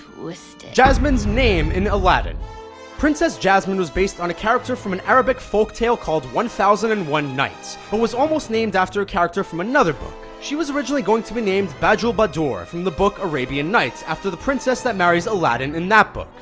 jasmine's name in aladdin princess jasmine was based on a character from an arabic folktale called one thousand and one nights but was almost named after a character from another book. she was originally going to be named badroulbadour from the book, arabian nights after the princess that marries aladdin in that book.